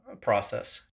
process